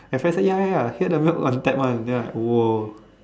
my friend say ya ya ya here the milk on tap [one] then I like !whoa!